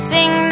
Sing